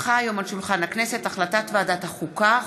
החלטת ועדת החוקה,